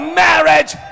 marriage